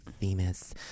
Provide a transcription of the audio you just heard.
famous